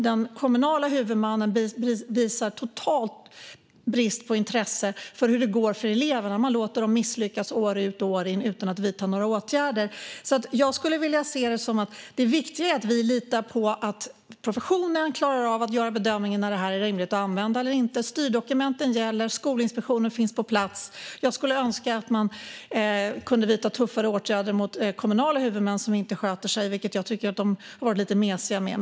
Den kommunala huvudmannen där visar en total brist på intresse för hur det går för eleverna; man låter dem misslyckas år ut och år in utan att vidta några åtgärder. Jag skulle vilja se det som att det viktiga är att vi litar på att professionen klarar av att bedöma när detta är rimligt att använda och när det inte är det. Styrdokumenten gäller. Skolinspektionen finns på plats. Jag skulle önska att man kunde vidta tuffare åtgärder mot kommunala huvudmän som inte sköter sig, vilket jag tycker att man har varit lite mesig med.